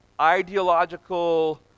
ideological